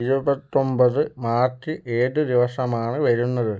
ഇരുപത്തൊമ്പത് മാർച്ച് ഏത് ദിവസമാണ് വരുന്നത്